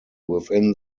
within